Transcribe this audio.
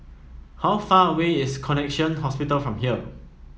how far away is Connexion Hospital from here